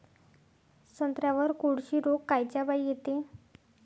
संत्र्यावर कोळशी रोग कायच्यापाई येते?